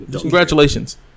Congratulations